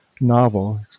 novel